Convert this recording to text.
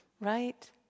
right